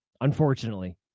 unfortunately